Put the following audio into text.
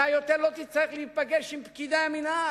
אתה יותר לא תצטרך להיפגש עם פקידי המינהל,